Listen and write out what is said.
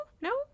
No